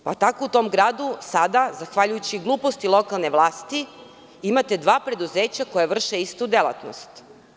U tom gradu sada, zahvaljujući gluposti lokalne vlasti, imate dva preduzeća koja vrše istu delatnost.